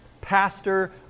pastor